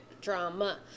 Drama